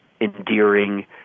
endearing